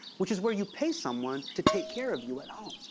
which is where you pay someone to take care of you at home.